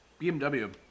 BMW